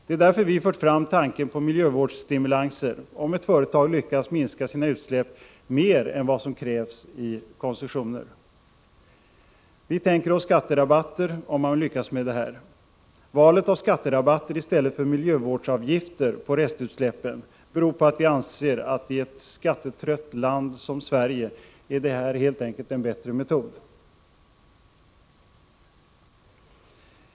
Det är därför vi fört fram tanken på miljövårdsstimulanser om ett företag lyckas minska sina utsläpp mer än vad som krävs i koncessionen. Vi tänker oss skatterabatter om man lyckas med detta. Valet av skatterabatter i stället för miljövårdsavgifter på restutsläppen beror på att vi anser att i ett skattetrött land som Sverige är detta helt enkelt en bättre metod.